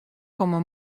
komme